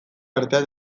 artean